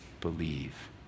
believe